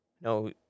No